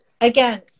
again